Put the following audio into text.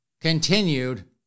continued